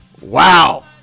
wow